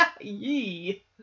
Yee